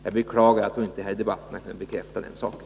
Jag beklagar att hon inte här i debatten har kunnat bekräfta den saken.